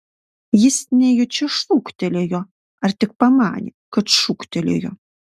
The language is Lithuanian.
jis nejučia šūktelėjo ar tik pamanė kad šūktelėjo